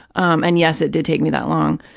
and yes, it did take me that long,